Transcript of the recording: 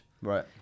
Right